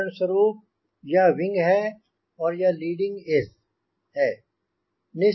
उदाहरण स्वरूप यह विंग है और यह लीडिंग एज है